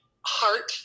heart